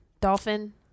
Dolphin